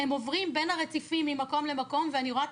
עוברים בין הרציפים ממקום למקום ואני רואה את